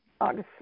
August